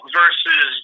versus